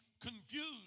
confused